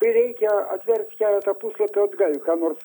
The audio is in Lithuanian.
kai reikia atverst keletą puslapių atgal ką nors